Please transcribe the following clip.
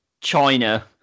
China